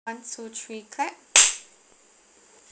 one two three clap